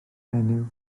menyw